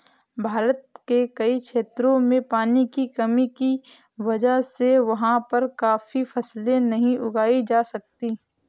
भारत के कई क्षेत्रों में पानी की कमी की वजह से वहाँ पर काफी फसलें नहीं उगाई जा सकती